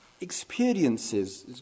experiences